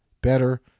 better